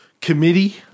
committee